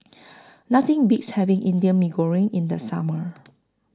Nothing Beats having Indian Mee Goreng in The Summer